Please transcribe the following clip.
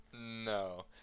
No